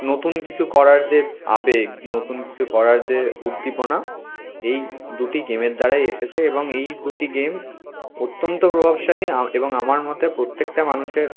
নতুন কিছু করার যে আবেগ নতুন কিছু করার যে উদ্দীপনা এই দুটি গেমের দ্বারাই এসেছে এবং এই দুটি গেম অত্যন্ত প্রভাবশালী এবং আমার মতে প্রত্যেকটা মানুষের